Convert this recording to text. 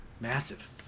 Massive